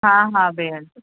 हा हा भेण